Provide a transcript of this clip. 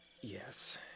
Yes